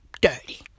dirty